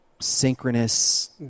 synchronous